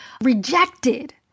rejected